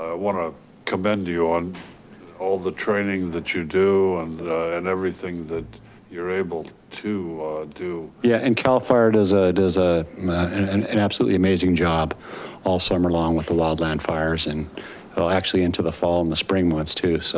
ah wanna commend you on all of the training that you do and and everything that you're able to do. yeah and cal fire does ah does ah an absolutely amazing job all summer long with the wildland fires and so actually into the fall and the spring months too, so.